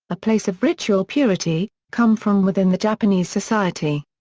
a place of ritual purity, come from within the japanese society.